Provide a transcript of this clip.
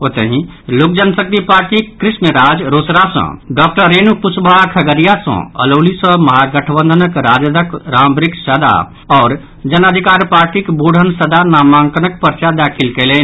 ओतहि लोक जनशक्ति पार्टीक कृष्ण राज रोसड़ा सँ डॉक्टर रेणु कुशवाहा खगड़िया सँ अलौली सँ महागठबंधन राजदक रामवृक्ष सदा आओर जन अधिकार पार्टीक बोढ़न सदा नामांकनक पर्चा दाखिल कयलनि